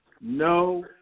No